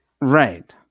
Right